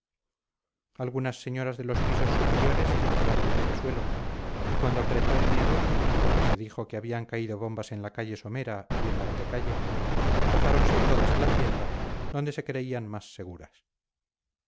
algunas señoras de los pisos superiores bajaban al entresuelo y cuando apretó el miedo porque se dijo que habían caído bombas en la calle somera y en artecalle bajáronse todas a la tienda donde se creían más seguras